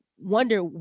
wonder